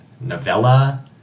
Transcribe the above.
novella